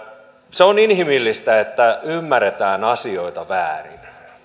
se on inhimillistä että ymmärretään asioita väärin